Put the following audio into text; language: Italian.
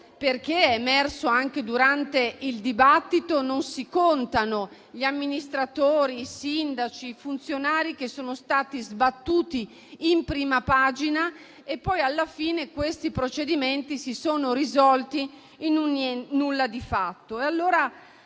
perché - è emerso anche durante il dibattito - non si contano gli amministratori, i sindaci e i funzionari che sono stati sbattuti in prima pagina, ma alla fine questi procedimenti si sono risolti in un nulla di fatto.